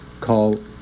call